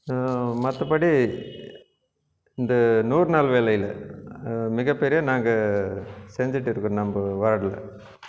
மற்ற படி இந்த நூறு நாள் வேலையில் மிக பெரிய நாங்கள் செஞ்சுட்டு இருக்கிறோம் நம்ம வார்டில்